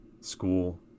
school